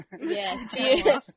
Yes